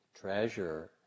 treasure